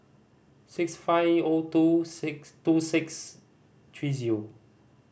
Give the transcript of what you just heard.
six five O two six two six three zero